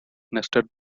nested